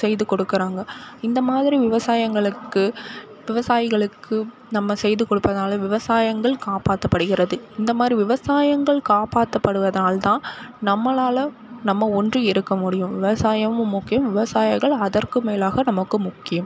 செய்து கொடுக்குறாங்க இந்த மாதிரி விவசாயங்களுக்கு விவசாயிகளுக்கு நம்ம செய்து கொடுப்பதால விவசாயங்கள் காப்பாற்றப்படுகிறது இந்த மாதிரி விவசாயங்கள் காப்பாற்றப்படுவதால் தான் நம்மளால் நம்ம ஒன்றி இருக்க முடியும் விவசாயமும் முக்கியம் விவசாயிகளும் அதற்கு மேலாக நமக்கு முக்கியம்